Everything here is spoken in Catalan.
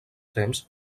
temps